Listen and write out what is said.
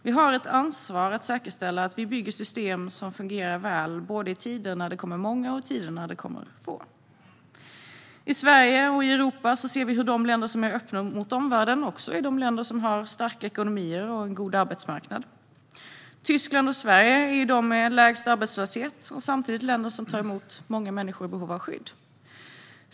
Vi har ett ansvar att säkerställa att vi bygger system som fungerar väl både i tider när det kommer många och i tider när det kommer få. I Sverige och Europa ser vi hur de länder som är öppna mot omvärlden också är de länder som har starka ekonomier och en god arbetsmarknad. Tyskland och Sverige har lägst arbetslöshet och är samtidigt de länder som tar emot många människor i behov av skydd.